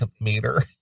meter